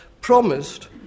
promised